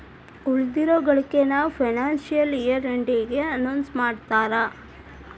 ಉಳಿದಿರೋ ಗಳಿಕೆನ financial year ಎಂಡಿಗೆ ಅನೌನ್ಸ್ ಮಾಡ್ತಾರಾ